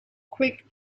quick